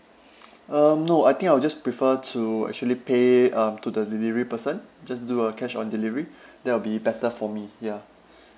um no I think I'll just prefer to actually pay um to the delivery person just do a cash on delivery that will be better for me ya